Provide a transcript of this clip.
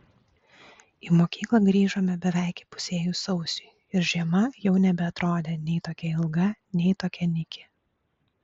į mokyklą grįžome beveik įpusėjus sausiui ir žiema jau nebeatrodė nei tokia ilga nei tokia nyki